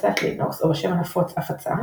הפצת לינוקס, או בשם הנפוץ "הפצה",